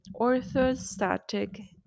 orthostatic